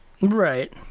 right